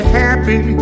happy